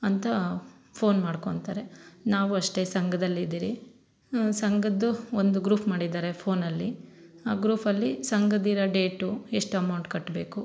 ಅಂತ ಫೋನ್ ಮಾಡ್ಕೊತಾರೆ ನಾವು ಅಷ್ಟೆ ಸಂಘದಲ್ಲಿದ್ದೀರಿ ಸಂಘದ್ದು ಒಂದು ಗ್ರೂಫ್ ಮಾಡಿದ್ದಾರೆ ಫೋನಲ್ಲಿ ಆ ಗ್ರೂಫಲ್ಲಿ ಸಂಘದಿರ ಡೇಟು ಎಷ್ಟು ಅಮೌಂಟ್ ಕಟ್ಟಬೇಕು